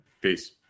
Peace